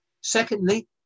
Secondly